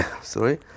Sorry